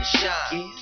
shine